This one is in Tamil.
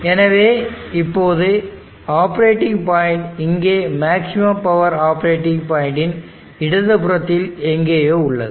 எனவே இப்போது ஆப்பரேட்டிங் பாயிண்ட் இங்கே மேக்ஸிமம் பவர் ஆப்பரேட்டிங் பாயிண்ட் இன் இடதுபுறத்தில் எங்கேயோ உள்ளது